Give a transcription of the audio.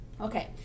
Okay